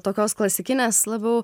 tokios klasikinės labiau